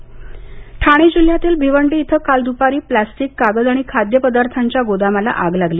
भिवंडी आग ठाणे जिल्ह्यातील भिवंडी इथं काल दुपारी प्लॅस्टिक कागद आणि खाद्य पदार्थांच्या गोदामाला आग लागली